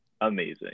amazing